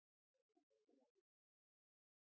Det er